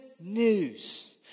news